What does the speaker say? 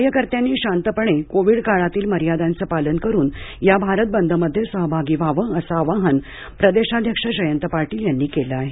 कार्यकर्त्यांनी शांतपणे कोविड काळातील मर्यादांचे पालन करून या भारत बंदमध्ये सहभागी व्हावे असे आवाहन प्रदेशाध्यक्ष जयंत पाटील यांनी केले आहे